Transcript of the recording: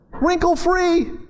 wrinkle-free